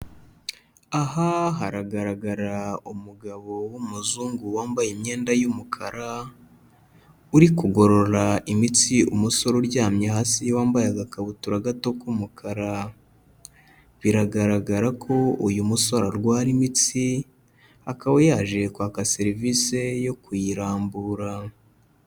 Aha haragaragara umugabo w'umuzungu wambaye imyenda y'umukara, uri kugorora imitsi umusore uryamye hasi wambaye agakabutura gato k'umukara, biragaragara ko uyu musore arwara imitsi, akaba yaje kwaka serivisi yo kuyirambura.